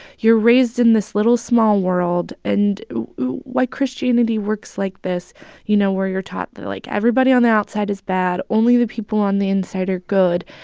you're raised in this little, small world. and why christianity works like this you know, where you're taught that, like, everybody on the outside is bad only the people on the inside are good.